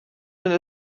sinne